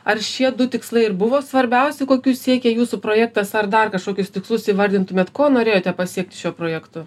ar šie du tikslai ir buvo svarbiausi kokių siekia jūsų projektas ar dar kažkokius tikslus įvardintumėt ko norėjote pasiekti šiuo projektu